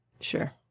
Sure